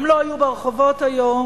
הם לא היו ברחובות היום,